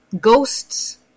ghosts